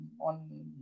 on